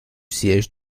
siège